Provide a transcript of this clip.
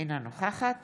אינה נוכחת